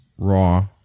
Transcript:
Raw